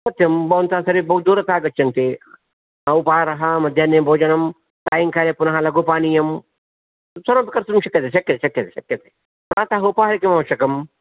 सत्यं भवन्तः सर्वे बहु दूरतः गच्छन्ति प्रातः उपाहारः मध्याह्ने भोजनं सायङ्काले पुनः लघुपानीयं सर्वमपि कर्तुं शक्यते शक्यते शक्यते शक्यते प्रातः उपाहारे किम् आवश्यकम्